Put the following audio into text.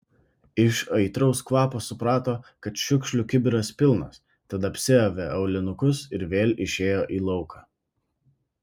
iš aitraus kvapo suprato kad šiukšlių kibiras pilnas tad apsiavė aulinukus ir vėl išėjo į lauką